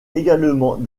également